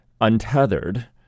untethered